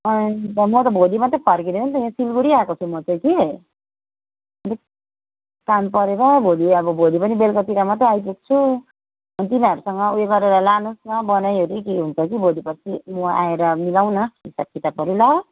म त भोलि मात्रै फर्किने हो नि त यहाँ सिलगुढी आएको छु म चाहिँ कि अलिक काम परेर भोलि अब भोलि पनि बेलुकातिर मात्रै आइपुग्छु तिनीहरूसँग उयो गरेर लानुहोस् न बनाइओरी के हुन्छ कि भोलि पर्सि म आएर मिलाउँ न हिसाबकिताबहरू ल